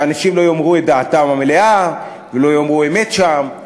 שאנשים לא יאמרו את דעתם המלאה ולא יאמרו אמת שם,